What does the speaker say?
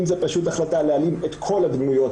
אם זה פשוט החלטה להעלים את כל הדמויות